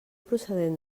procedent